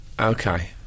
Okay